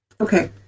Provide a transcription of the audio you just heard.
Okay